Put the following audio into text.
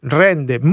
rende